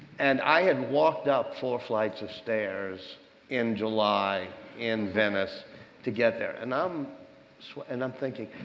and i had walked up four flights of stairs in july in venice to get there. and um so and i'm thinking,